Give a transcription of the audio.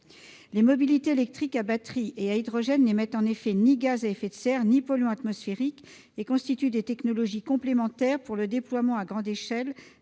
les véhicules électriques à batterie et à hydrogène n'émettent ni gaz à effet de serre ni polluants atmosphériques, et constituent des technologies complémentaires pour le déploiement à grande échelle